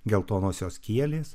geltonosios kielės